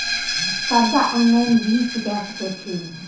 कर्जा ऑनलाइन भी चुका सके छी?